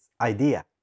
idea